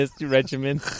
regimen